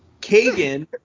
Kagan